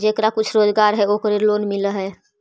जेकरा कुछ रोजगार है ओकरे लोन मिल है?